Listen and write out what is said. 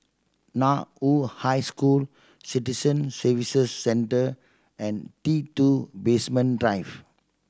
Nan woo High School Citizen Services Centre and T Two Basement Drive